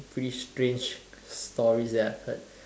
pretty strange stories that I've heard